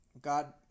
God